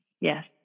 Yes